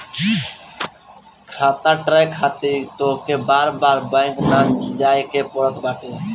खाता ट्रैक खातिर तोहके बार बार बैंक ना जाए के पड़त बाटे